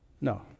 No